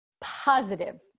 positive